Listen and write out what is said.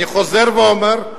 אני חוזר ואומר,